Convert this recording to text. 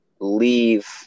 leave